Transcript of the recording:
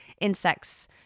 insects